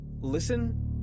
Listen